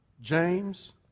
James